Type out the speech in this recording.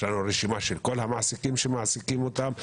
יש לנו רשימה של כל המעסיקים שמעסיקים אותם.